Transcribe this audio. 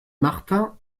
martin